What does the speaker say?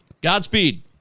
Godspeed